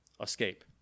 escape